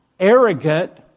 Arrogant